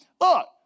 Look